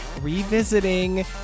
revisiting